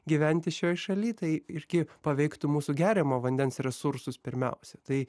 gyventi šioj šalį tai irgi paveiktų mūsų geriamo vandens resursus pirmiausia tai